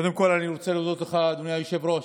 קודם כול אני רוצה להודות לך, אדוני היושב-ראש,